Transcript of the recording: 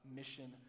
mission